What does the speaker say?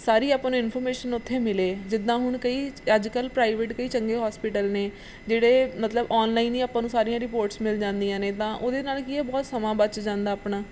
ਸਾਰੀ ਆਪਾਂ ਨੂੰ ਇਨਫੋਰਮੇਸ਼ਨ ਉੱਥੇ ਮਿਲੇ ਜਿੱਦਾਂ ਹੁਣ ਕਈ ਅੱਜ ਕੱਲ੍ਹ ਪ੍ਰਾਈਵੇਟ ਕਈ ਚੰਗੇ ਹੋਸਪਿਟਲ ਨੇ ਜਿਹੜੇ ਮਤਲਬ ਆਨਲਾਈਨ ਹੀ ਆਪਾਂ ਨੂੰ ਸਾਰੀਆਂ ਰਿਪੋਰਟਸ ਮਿਲ ਜਾਂਦੀਆਂ ਨੇ ਤਾਂ ਉਹਦੇ ਨਾਲ ਕੀ ਹੈ ਬਹੁਤ ਸਮਾਂ ਬਚ ਜਾਂਦਾ ਆਪਣਾ